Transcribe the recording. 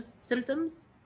symptoms